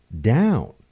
down